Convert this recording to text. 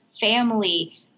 family